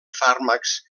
fàrmacs